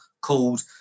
called